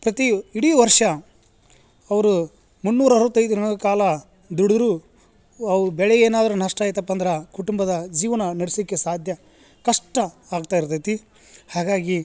ಪ್ರತಿಯು ಇಡೀ ವರ್ಷ ಅವರು ಮುನ್ನೂರು ಅರವತ್ತೈದು ದಿನ್ಗಳ ಕಾಲ ದುಡುರು ಅವ ಬೆಳಿಯೇನಾದರು ನಷ್ಟ ಐತಪ್ಪ ಅಂದ್ರ ಕುಟುಂಬದ ಜೀವನ ನಡ್ಸಿಕೆ ಸಾಧ್ಯ ಕಷ್ಟ ಆಗ್ತಾ ಇರ್ದೈತಿ ಹಾಗಾಗಿ